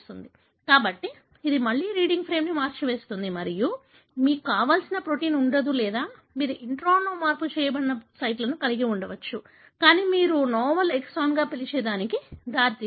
కాబట్టి ఇది మళ్లీ రీడింగ్ ఫ్రేమ్ని మార్చివేస్తుంది మరియు మీకు కావలసిన ప్రోటీన్ ఉండదు లేదా మీరు ఇంట్రాన్లో మార్పు చేయబడిన సైట్లను కలిగి ఉండవచ్చు కానీ మీరు నోవెల్ ఎక్సాన్గా పిలిచే దానికి దారితీస్తుంది